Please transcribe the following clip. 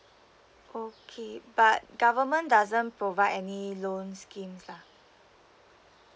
okay but government doesn't provide any loan scheme lah